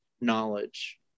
knowledge